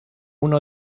uno